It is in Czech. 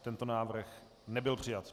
Tento návrh nebyl přijat.